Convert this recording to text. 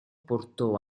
portò